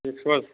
ٹھیٖک چھُو حظ